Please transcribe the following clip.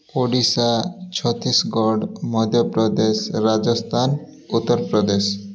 Odisha Chhattisgarh Madhya Pradesh Rajasthan Uttar Pradesh